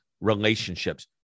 relationships